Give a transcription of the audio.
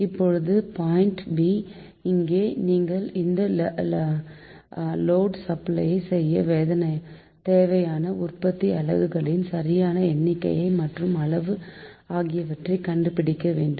இப்போது point B இங்கே நீங்கள் இந்த லோடை சப்பளை செய்ய தேவையான உற்பத்தி அலகுகளின் சரியான எண்ணிக்கை மற்றும் அளவு ஆகியவற்றை கண்டுபிடிக்க வேண்டும்